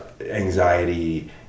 anxiety